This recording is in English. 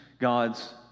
God's